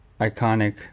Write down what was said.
iconic